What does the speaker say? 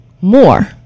more